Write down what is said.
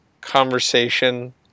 conversation